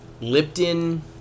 Lipton